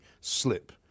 slip